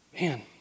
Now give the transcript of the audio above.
Man